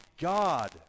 God